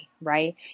right